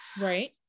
right